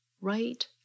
right